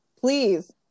Please